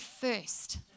first